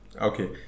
Okay